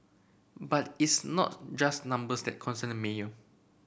but it's not just numbers that concern the mayor